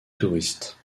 touriste